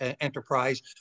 enterprise